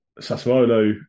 Sassuolo